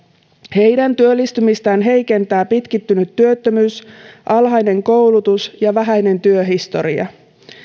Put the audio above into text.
heidän työllistymistään heikentää pitkittynyt työttömyys alhainen koulutus ja vähäinen työhistoria